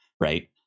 right